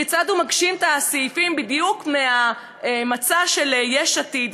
כיצד הוא מגשים את הסעיפים מהמצע של יש עתיד בדיוק.